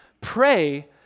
Pray